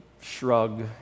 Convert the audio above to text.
shrug